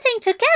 together